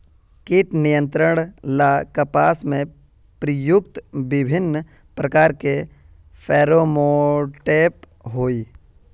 कीट नियंत्रण ला कपास में प्रयुक्त विभिन्न प्रकार के फेरोमोनटैप होई?